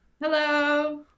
Hello